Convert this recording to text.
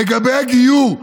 לגבי הגיור,